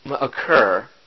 occur